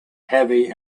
heavy